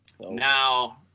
now